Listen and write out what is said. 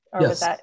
Yes